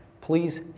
Please